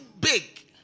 big